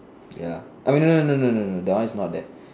ya I mean wait no no no no no no that one is not there